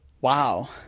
wow